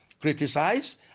criticize